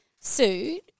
sued